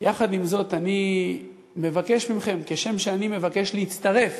יחד עם זאת, אני מבקש מכם, כשם שאני מבקש להצטרף